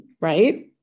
right